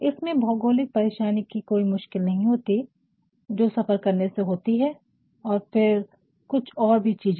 इसमें भौगोलिक परेशानी की कोई मुश्किल नहीं होती है जो सफर करने से होती है और फिर कुछ और भी चीजें